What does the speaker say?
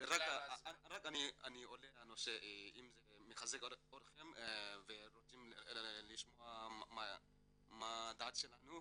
רק אני עונה על הנושא אם אתם לשמוע מה הדעה שלנו.